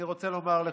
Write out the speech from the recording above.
אני רוצה לומר לכולם,